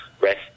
rest